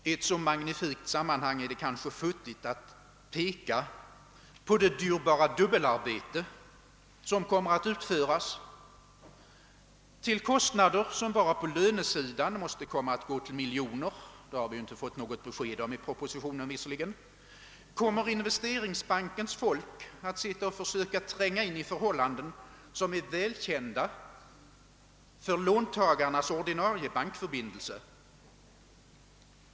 I ett så magnifikt sammanhang är det kanske futtigt att peka på det dyrbara dubbelarbete som kommer att utföras till kostnader, som bara på lönesidan måste gå upp till miljoner — det har vi visserligen inte fått besked om i propositionen. Investeringsbankens folk kommer att få sysselsätta sig med att försöka tränga in i förhållanden som redan är välkända för låntagarnas ordinarie bankförbindelse.